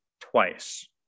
twice